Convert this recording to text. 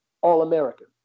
All-American